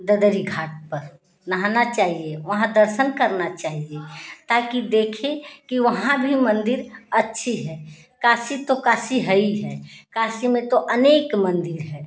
ददरी घाट पर नहाना चाहिए वहाँ दर्शन करना चाहिए ताकि देखे कि वहाँ भी मंदिर अच्छी है काशी तो काशी हुई है काशी में तो अनेक मंदिर है